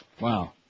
Wow